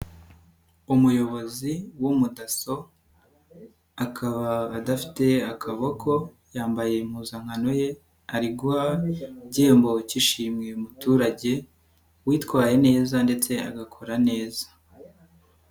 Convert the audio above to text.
Umuyobozi w'umudaso akaba adafite akaboko yambaye impuzankano ye ari guha igihembo k'ishimiye umuturage witwaye neza ndetse agakora neza.